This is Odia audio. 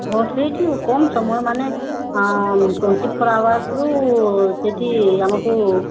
ହଁ ସେଇଠି କମ୍ ସମୟ ମାନେ ଟ୍ୱେଣ୍ଟି ଫୋର୍ ହାୱାର୍ସ୍ରୁ ସେଇଠି ଆମକୁ